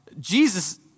Jesus